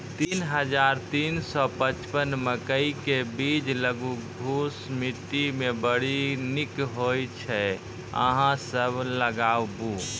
तीन हज़ार तीन सौ पचपन मकई के बीज बलधुस मिट्टी मे बड़ी निक होई छै अहाँ सब लगाबु?